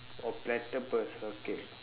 oh platypus okay